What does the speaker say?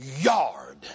yard